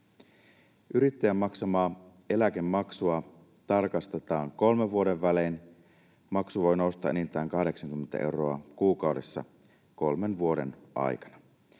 Yrittäjän maksamaa eläkemaksua tarkastetaan kolmen vuoden välein. Maksu voi nousta enintään 80 euroa kuukaudessa kolmen vuoden aikana.